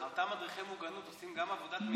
אותם מדריכי מוגנות עושים גם עבודת מניעה.